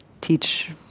teach